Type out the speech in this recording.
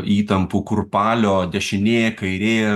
įtampų kurpalio dešinė kairė